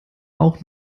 auch